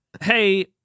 hey